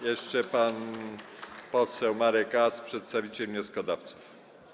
Jeszcze pan poseł Marek Ast, przedstawiciel wnioskodawców.